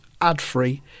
Ad-free